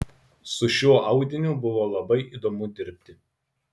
su šiuo audiniu buvo labai įdomu dirbti